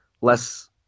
Less